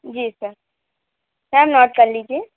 जी sir sir note कर लीजिए